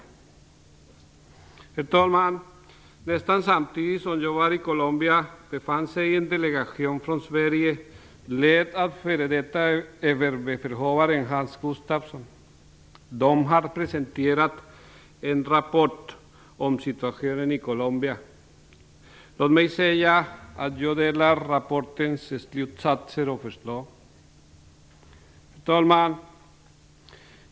Herr talman! Nästan samtidigt som jag var i Colombia befann sig där en delegation från Sverige, ledd av före detta överbefälhavare Bengt Gustafsson. Delegationen har presenterat en rapport om situationen i Colombia. Jag instämmer i rapportens slutsatser och förslag. Herr talman!